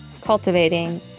cultivating